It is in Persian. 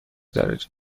درجه